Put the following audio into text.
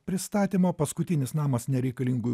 pristatymo paskutinis namas nereikalingųjų